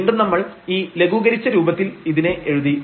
വീണ്ടും നമ്മൾ ഈ ലഘൂകരിച്ച രൂപത്തിൽ ഇതിനെ എഴുതി